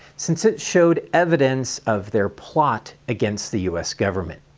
since it showed evidence of their plot against the u s. government.